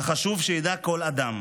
אך חשוב שידע כל אדם,